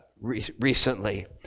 recently